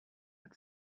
and